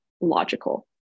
logical